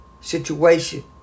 situation